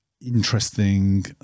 interesting